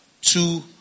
Two